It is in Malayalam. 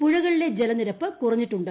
പുഴകളിലെ ജലനിരപ്പ് കുറഞ്ഞിട്ടുണ്ട്